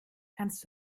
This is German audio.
kannst